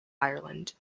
ireland